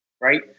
right